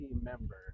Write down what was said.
member